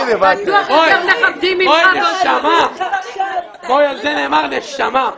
על זה נאמר: נשמה.